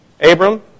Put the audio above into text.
Abram